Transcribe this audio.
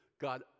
God